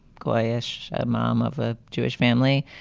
goyish, a mom of a jewish family,